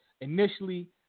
initially